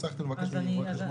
צריך לבקש מרואה חשבון?